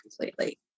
completely